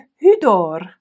hydor